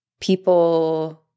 people